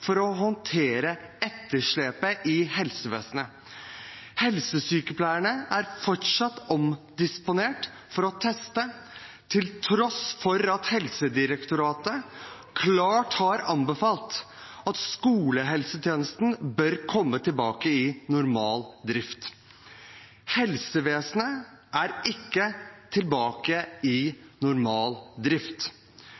å håndtere etterslepet i helsevesenet. Helsesykepleierne er fortsatt omdisponert for å teste – til tross for at Helsedirektoratet klart har anbefalt at skolehelsetjenesten bør komme tilbake i normal drift. Helsevesenet er ikke tilbake i